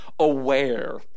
aware